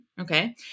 Okay